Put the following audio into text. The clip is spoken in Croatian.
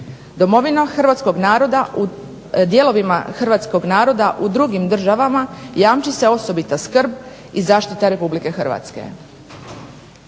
naroda u dijelovima hrvatskog naroda u drugim državama jamči se osobita skrb i zaštita Republike Hrvatske."